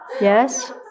Yes